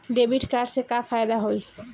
Debit card से का फायदा होई?